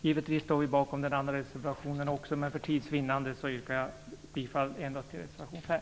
Givetvis står vi bakom den andra reservationen också, men för tids vinnande yrkar jag endast bifall till reservation 5.